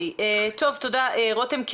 תודה רותם.